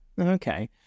Okay